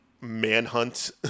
manhunt